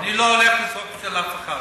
אני לא הולך לזרוק את זה על אף אחד.